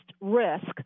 risk